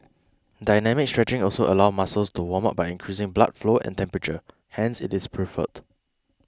dynamic stretching also allows muscles to warm up by increasing blood flow and temperature hence it is preferred